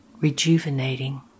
Rejuvenating